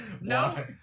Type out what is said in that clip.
No